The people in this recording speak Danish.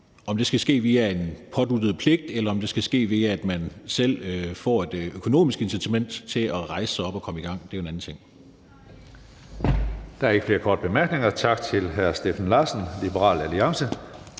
Om det skal ske via en påduttet pligt, eller om det skal ske, ved at man selv får et økonomisk incitament til at rejse sig op og komme i gang, er en anden ting. Kl. 12:23 Tredje næstformand (Karsten Hønge): Der er ikke flere korte bemærkninger. Tak til hr. Steffen Larsen, Liberal Alliance.